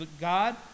God